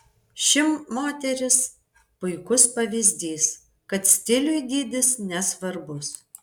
ši moteris puikus pavyzdys kad stiliui dydis nesvarbus